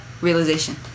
Realization